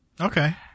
Okay